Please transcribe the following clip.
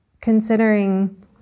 considering